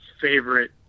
favorite